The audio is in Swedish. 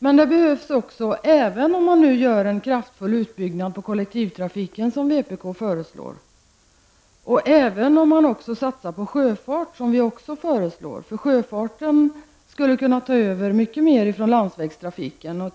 Men det behövs, även om man nu gör en kraftfull utbyggnad av kollektivtrafiken, såsom vänsterpartiet har föreslagit, också satsningar på sjöfarten, för sjöfarten skulle kunna ta över mycket mer av landsvägstrafiken.